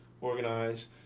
organized